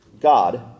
God